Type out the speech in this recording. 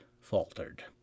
faltered